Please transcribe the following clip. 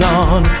on